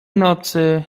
nocy